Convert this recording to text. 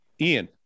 Ian